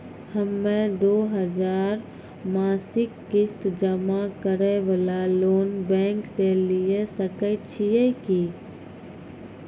हम्मय दो हजार मासिक किस्त जमा करे वाला लोन बैंक से लिये सकय छियै की?